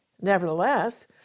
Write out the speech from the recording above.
nevertheless